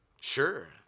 sure